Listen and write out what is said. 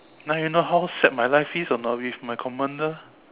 now you know how sad my life is or not with my commander